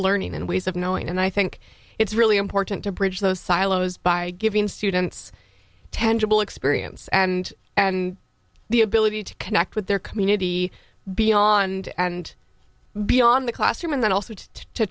learning and ways of knowing and i think it's really important to bridge those silos by giving students tangible experience and and the ability to connect with their community beyond and beyond the classroom and then